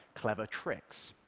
clever tricks.